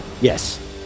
Yes